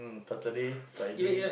Saturday Friday